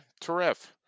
Terrific